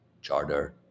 Charter